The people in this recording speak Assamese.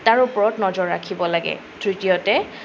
তাৰ ওপৰত নজৰ ৰাখিব লাগে তৃতীয়তে